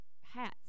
hats